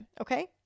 Okay